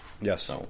Yes